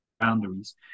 boundaries